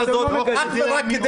אני מבקש ממך.